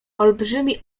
olbrzymi